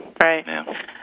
Right